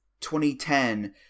2010